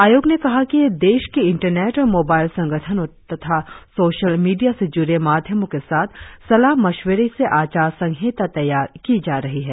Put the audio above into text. आयोग ने कहा कि देश के इंटरनेट और मोबाइल संगठनों तथा सोशल मीडिया से जुड़े माध्यमों के साथ सलाह मशविरे से आचार संहिता तैयार की जा रही है